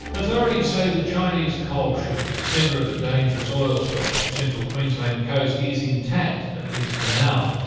authorities say the chinese coal ship at the centre of a dangerous oil spill off the central queensland coast is intact, at least for now.